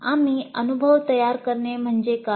आम्ही अनुभव तयार करणे म्हणजे काय